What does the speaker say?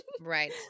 Right